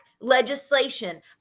legislation